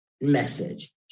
message